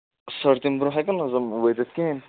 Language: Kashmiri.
سَر تمہِ دۄہ ہیٚکَن نہ حظ یِم وٲتِتھ کِہیٖنۍ